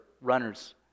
runners